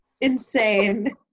insane